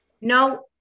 No